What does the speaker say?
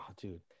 dude